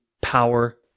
power